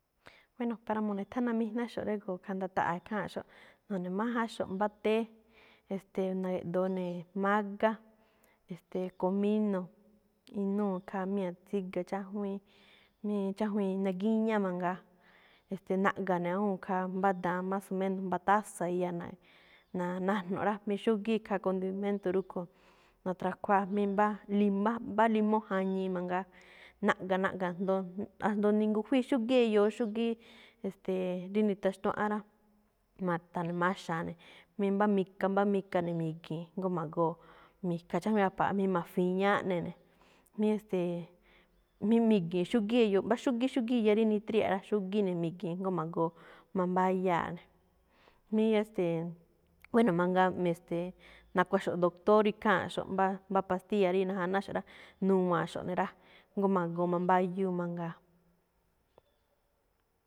Bueno, para mo̱ne̱thánamijnáxo̱ꞌ régo̱o̱ khaa nda̱ta̱ꞌa̱ ikháanꞌxo̱ꞌ, nu̱ne̱májánxo̱ꞌ mbá té, e̱ste̱e̱, na̱ge̱ꞌdoo ne̱ mágá, e̱ste̱e̱ comino, inúu khaa míña̱ tsíga chájwíin, mí chájwíin iná gíñá mangaa, e̱ste̱e̱, na̱ꞌga̱ ne̱ awúun khaa mbá ndaa, más o menos mbá taza iya na- na- najno̱ꞌ rá, mí xúgíí khaa condimento rúꞌkho̱ꞌ natrajkhuáa, mí mbá li bá mbá limóo jañii mangaa, naꞌga̱, naꞌga̱ jndo ajndo ningujwíi xúgíí eyoo, xúgíí, e̱ste̱e̱ rí nitastuánꞌán rá. Ma̱tha̱ne̱maxa̱a ne̱ mí mbá mika, mbá mika ne̱ mi̱gii̱n jngó ma̱goo mi̱kha chájwíin aphaaꞌ mí ma̱fiñáá áꞌne ne̱. Mí e̱ste̱e̱, mí mi̱gi̱i̱n xúgíí eyoo, mbá xúgíí, xúgíí iya rí nitríya̱ꞌ rá, xúgíí ne̱ mi̱gi̱i̱n, jngó ma̱goo mambáyáaꞌ ne̱. Mí e̱ste̱e̱, bueno mangaa me̱-e̱ste̱e̱, nakuaxo̱ꞌ doctor rí ikháanꞌxo̱ꞌ, mbá, mbá pastilla rí najanáxo̱ꞌ rá, nuwa̱anxo̱ꞌ ne̱ rá, jngó ma̱goo mambáyúu mangaa.